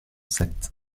sept